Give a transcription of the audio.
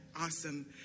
awesome